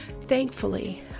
thankfully